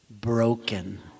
broken